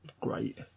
great